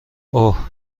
اوه